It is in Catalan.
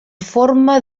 forma